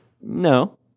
No